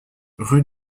rue